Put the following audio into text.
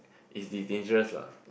it's it's dangerous lah